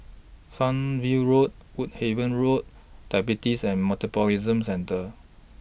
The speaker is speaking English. Sunview Road Woodhaven Road Diabetes and Metabolism Centre